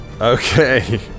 Okay